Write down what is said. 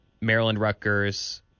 Maryland-Rutgers